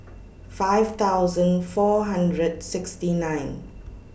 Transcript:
five thousand four hundred sixty nine